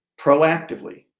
proactively